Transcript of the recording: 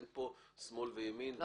אין פה שמאל וימין.